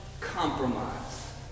compromise